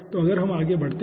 तो अगर हम आगे बढ़ते हैं